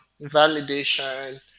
Validation